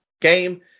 game